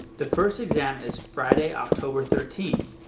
the first exam is friday, october thirteenth,